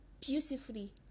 beautifully